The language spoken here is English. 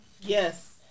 yes